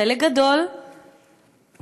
חלק גדול מהערוצים,